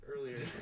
Earlier